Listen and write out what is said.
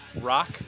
Rock